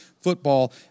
football